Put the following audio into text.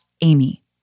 Amy